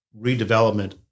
redevelopment